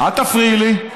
אל תפריעי לי.